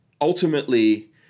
ultimately